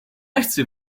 nechci